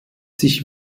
sich